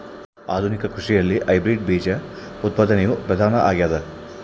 ಆಧುನಿಕ ಕೃಷಿಯಲ್ಲಿ ಹೈಬ್ರಿಡ್ ಬೇಜ ಉತ್ಪಾದನೆಯು ಪ್ರಧಾನ ಆಗ್ಯದ